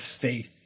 faith